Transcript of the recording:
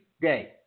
day